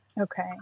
Okay